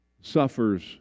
suffers